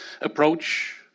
approach